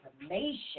information